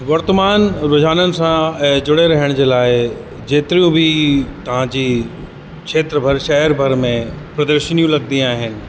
वर्तमान विहाननि सां ऐं जुड़े रहण जे लाइ जेतिरियूं बि तव्हां जी क्षेत्र भर शहर भर में प्रदर्शनियूं लॻदियूं आहिनि